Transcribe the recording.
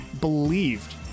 believed